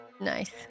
Nice